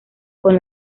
con